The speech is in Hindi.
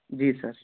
जी सर